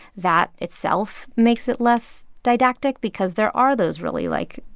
that itself makes it less didactic because there are those really, like,